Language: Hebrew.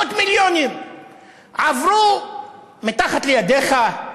מאות מיליונים עברו מתחת ידיך,